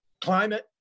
Climate